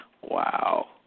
Wow